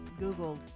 Googled